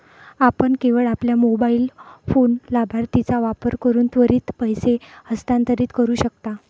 आपण केवळ आपल्या मोबाइल फोन लाभार्थीचा वापर करून त्वरित पैसे हस्तांतरित करू शकता